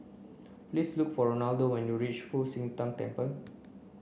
please look for Ronaldo when you reach Fu Xi Tang Temple